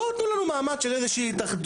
בואו תנו לנו מעמד של איזושהי התאחדות,